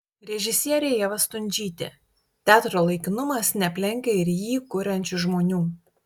režisierė ieva stundžytė teatro laikinumas neaplenkia ir jį kuriančių žmonių